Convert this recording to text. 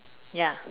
ya